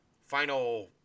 final